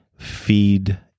Feed